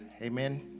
amen